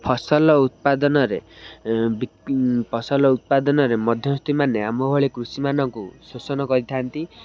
ଫସଲ ଉତ୍ପାଦନରେ ଫସଲ ଉତ୍ପାଦନରେ ମଧ୍ୟସ୍ଥି ମାନେ ଆମ ଭଳି କୃଷିମାନଙ୍କୁ ଶୋଷଣ କରିଥାନ୍ତି